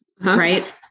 right